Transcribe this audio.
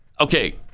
Okay